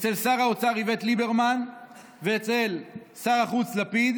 אצל שר האוצר איווט ליברמן ואצל שר החוץ לפיד,